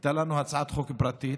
הייתה לנו הצעת חוק פרטית,